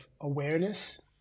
awareness